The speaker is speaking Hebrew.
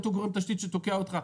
אותו גורם תשתית שתוקע אותך.